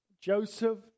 Joseph